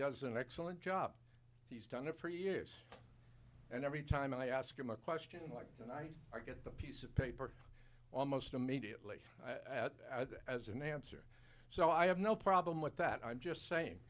does an excellent job he's done it for years and every time i ask him a question like that i get a piece of paper almost immediately at that as an answer so i have no problem with that i'm just saying